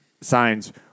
signs